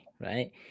right